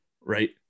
Right